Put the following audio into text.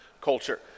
culture